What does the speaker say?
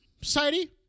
Society